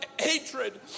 hatred